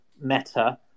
meta